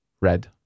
Red